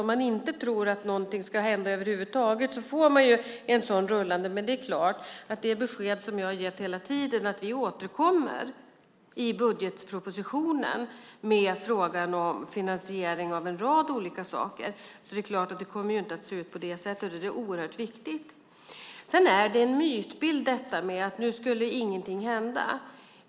Om man inte tror att någonting ska hända över huvud taget får man rullande underskott. Men det besked som jag har gett hela tiden är att vi återkommer i budgetpropositionen med frågan om finansiering av en rad olika saker. Det är klart att det inte kommer att se ut på det här sättet, och det är oerhört viktigt. Det är en mytbild att ingenting skulle hända.